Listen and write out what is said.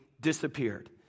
disappeared